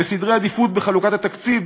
בסדרי עדיפויות בחלוקת התקציב,